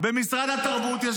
במשרד התרבות.